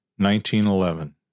1911